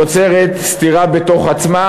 יוצרת סתירה בתוך עצמה,